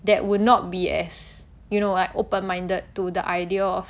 that would not be as you know like open minded to the idea of